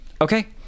Okay